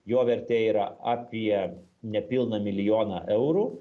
jo vertė yra apie nepilną milijoną eurų